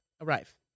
arrive